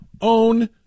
own